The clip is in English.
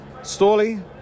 Storley